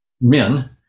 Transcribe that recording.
men